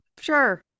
Sure